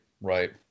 right